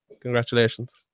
Congratulations